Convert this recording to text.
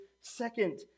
second